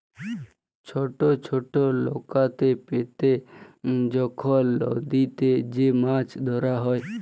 ছট ছট লকাতে চেপে যখল লদীতে যে মাছ ধ্যরা হ্যয়